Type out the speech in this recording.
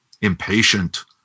impatient